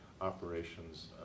operations